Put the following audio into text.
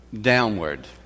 downward